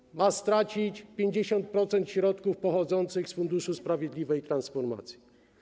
Polska ma stracić 50% środków pochodzących z Funduszu Sprawiedliwej Transformacji.